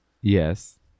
Yes